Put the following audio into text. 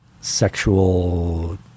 sexual